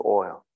oil